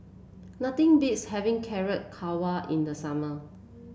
nothing beats having Carrot Halwa in the summer